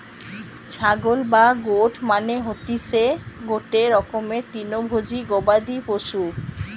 ছাগল বা গোট মানে হতিসে গটে রকমের তৃণভোজী গবাদি পশু